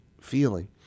feeling